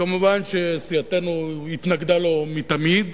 ומובן שסיעתנו התנגדה לו מתמיד,